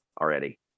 already